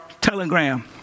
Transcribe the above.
Telegram